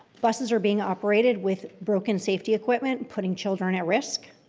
buses are being operated with broken safety equipment, putting children at risk.